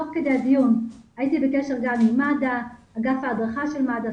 תוך כדי הדיון הייתי בקשר גם עם אגף ההדרכה של מד"א,